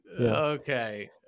Okay